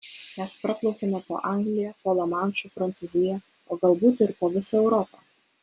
mes praplaukėme po anglija po lamanšu prancūzija o galbūt ir po visa europa